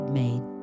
made